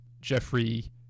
jeffrey